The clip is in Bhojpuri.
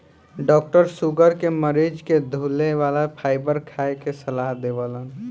डाक्टर शुगर के मरीज के धुले वाला फाइबर खाए के सलाह देवेलन